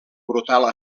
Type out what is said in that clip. brutal